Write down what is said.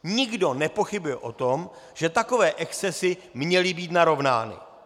Nikdo nepochybuje o tom, že takové excesy měly být narovnány.